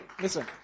Listen